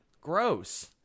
Gross